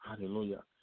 Hallelujah